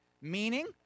Meaning